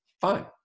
Fine